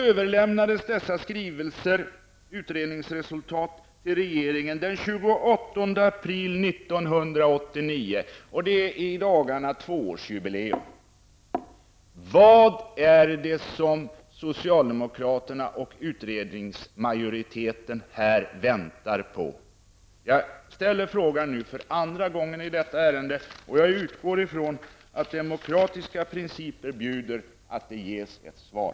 Utredningsresultaten överlämnades till regeringen den 28 april 1989. Det är alltså i dagarna tvåårsjubileum. Vad är det som socialdemokraterna och utredningsmajoriteten här väntar på? Jag ställer frågan nu för andra gången, och jag utgår från att demokratiska principer bjuder att det ges ett svar.